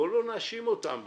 בואו לא נאשים אותם בהכול.